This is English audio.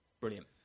brilliant